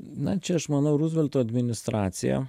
na čia aš manau ruzvelto administracija